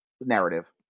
narrative